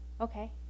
Okay